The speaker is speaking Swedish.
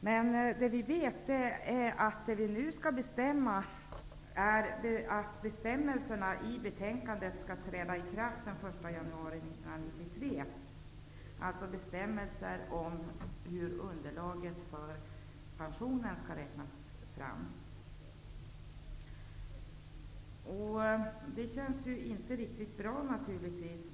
Men det vi vet är att de bestämmelser som behandlas i detta betänkande skall träda i kraft den 1 jauari 1993, dvs. bestämmelser om hur underlaget för pensionen skall räknas fram. Det känns naturligtvis inte riktigt bra.